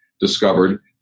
Discovered